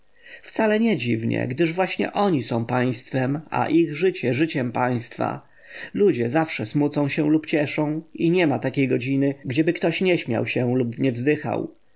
wcale nie dziwnie gdyż właśnie oni są państwem a ich życie życiem państwa ludzie zawsze smucą się lub cieszą i niema takiej godziny gdzieby ktoś nie śmiał się lub nie wzdychał